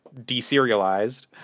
deserialized